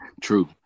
True